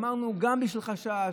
אמרנו שגם למי שחשש,